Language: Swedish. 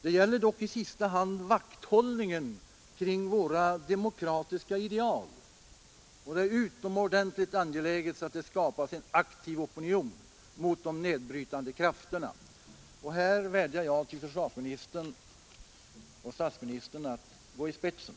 Det gäller dock i sista hand vakthållningen kring våra demokratiska ideal. Det är utomordentligt angeläget att det skapas en aktiv opinion mot de nedbrytande krafterna, och jag vädjar till statsministern och försvarsministern att där gå i spetsen.